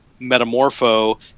Metamorpho